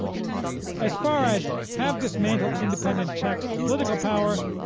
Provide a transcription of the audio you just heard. as far as have dismantled independent checks on political power,